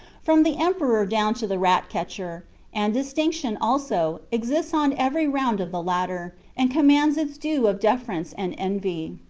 from the emperor down to the rat-catcher and distinction, also, exists on every round of the ladder, and commands its due of deference and envy.